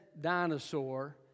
dinosaur